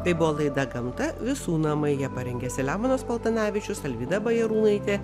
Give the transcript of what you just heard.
tai buvo laida gamta visų namai ją parengė saliamonas paltanavičius alvyda bajarūnaitė